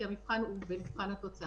כי המבחן הוא מבחן התוצאה.